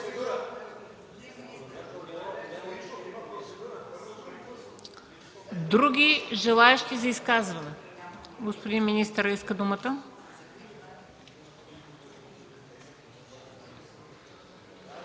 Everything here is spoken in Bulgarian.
Други желаещи за изказване? Господин министърът иска думата.